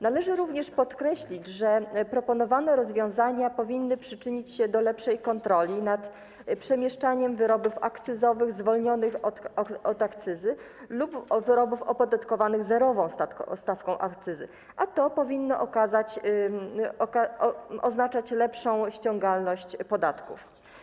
Należy również podkreślić, że proponowane rozwiązania powinny przyczynić się do lepszej kontroli nad przemieszczaniem wyrobów akcyzowych zwolnionych z akcyzy lub wyrobów opodatkowanych zerową stawką akcyzy, a to powinno oznaczać lepszą ściągalność podatków.